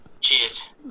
Cheers